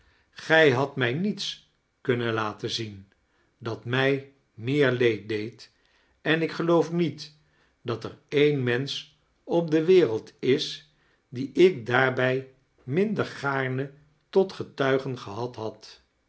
gij hadt mij niets kunnea laten zien dat mij meer teed deed en ik geloof niet dat er een mensch op de wereld is dien ik daarbij minder gaame tot getudge gehad load